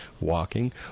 walking